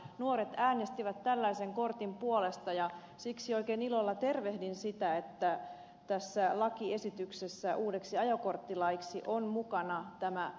nuoret äänestivät tällaisen kortin puolesta ja siksi oikein ilolla tervehdin sitä että lakiesityksessä uudeksi ajokorttilaiksi on mukana tämä mopokortti